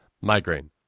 Migraine